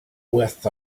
with